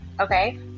okay